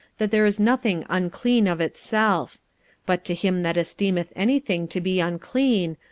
that there is nothing unclean of itself but to him that esteemeth any thing to be unclean,